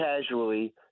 casually